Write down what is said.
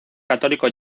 católico